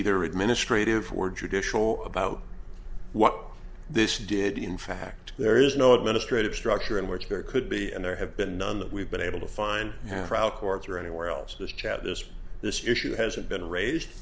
either administrative or judicial about what this did in fact there is no administrative structure in which there could be and there have been none that we've been able to find out courts or anywhere else this chat this this issue hasn't been raised